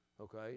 okay